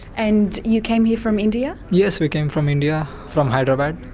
and you came here from india? yes, we came from india, from hyderabad.